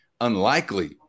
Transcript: unlikely